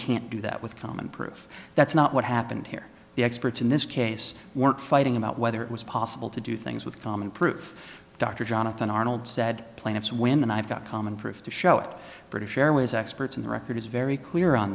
can't do that with common proof that's not what happened here the experts in this case weren't fighting about whether it was possible to do things with common proof dr jonathan arnold said plaintiffs when i've got common proof to show it british airways experts in the record is very clear on